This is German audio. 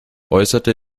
äußerte